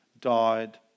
died